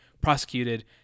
prosecuted